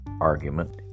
argument